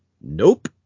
nope